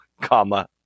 comma